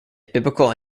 biblical